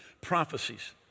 prophecies